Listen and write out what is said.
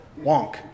Wonk